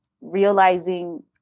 realizing